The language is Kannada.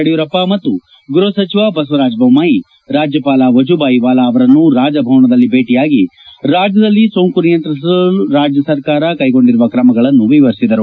ಯಡಿಯೂರಪ್ಪ ಮತ್ತು ಗೈಹ ಸಚಿವ ಬಸವರಾಜ ಬೊಮ್ಮಾಯಿ ರಾಜ್ಯಪಾಲ ವಜುಭಾಯಿ ವಾಲಾ ಅವರನ್ನು ರಾಜಭವನದಲ್ಲಿ ಭೇಟಿಯಾಗಿ ರಾಜ್ಯದಲ್ಲಿ ಸೋಂಕು ನಿಯಂತ್ರಿಸಲು ರಾಜ್ಯ ಸರ್ಕಾರ ಕೈಗೊಂಡಿರುವ ಕ್ರಮಗಳನ್ನು ವಿವರಿಸಿದರು